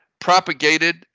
propagated